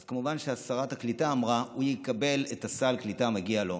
אז כמובן ששרת הקליטה אמרה: הוא יקבל את סל הקליטה המגיע לו,